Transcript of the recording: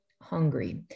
hungry